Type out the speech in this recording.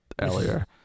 earlier